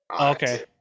Okay